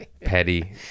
petty